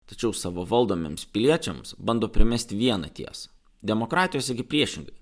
tačiau savo valdomiems piliečiams bando primesti vieną ties demokratijos irgi priešingai